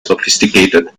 sophisticated